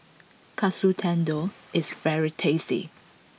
Katsu Tendon is very tasty